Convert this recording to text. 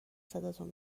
صداتون